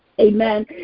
Amen